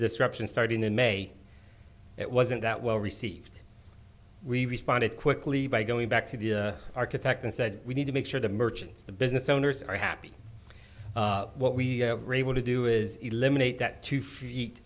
disruption starting in may it wasn't that well received we responded quickly by going back to the architect and said we need to make sure the merchants the business owners are happy what we are able to do is eliminate that two feet